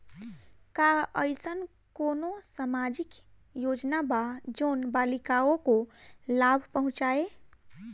का अइसन कोनो सामाजिक योजना बा जोन बालिकाओं को लाभ पहुँचाए?